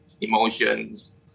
emotions